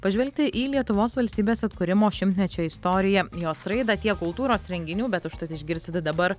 pažvelgti į lietuvos valstybės atkūrimo šimtmečio istoriją jos raidą tiek kultūros renginių bet užtat išgirsite dabar